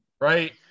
Right